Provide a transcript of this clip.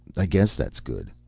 i guess that's good.